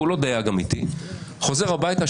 הוא לא דייג אמיתי, חוזר הביתה.